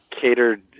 catered